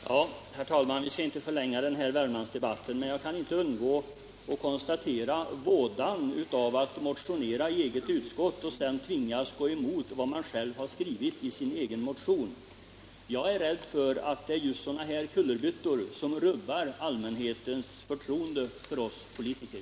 Herr talman! Vi skall inte förlänga den här Värmlandsdebatten. Men jag kan inte underlåta att konstatera vådan av att motionera i eget utskott och sedan tvingas gå emot vad man själv skrivit i sin motion. Jag är rädd att sådana här kullerbyttor rubbar allmänhetens förtroende för oss politiker.